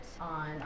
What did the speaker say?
on